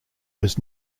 was